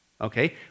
okay